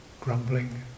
grumbling